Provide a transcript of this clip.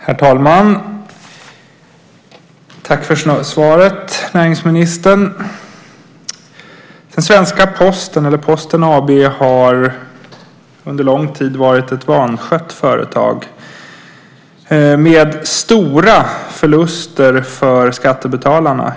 Herr talman! Tack för svaret, näringsministern! Den svenska Posten, Posten AB, har under lång tid varit ett vanskött företag med stora förluster för skattebetalarna.